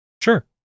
Sure